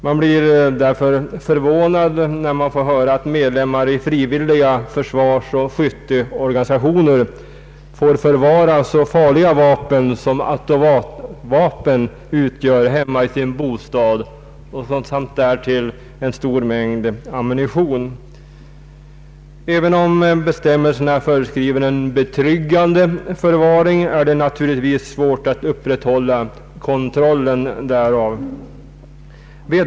Man blir därför förvånad när man får höra att medlemmar i frivilliga försvarsoch skytteorganisationer får förvara så farliga vapen som automatvapen utgör hemma i sin bostad — samt därtill en stor mängd ammunition. Även om bestämmelserna föreskriver en betryggande förvaring är det naturligtvis svårt att upprätthålla kontrollen över att så sker.